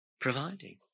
providing